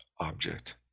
object